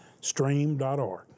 Stream.org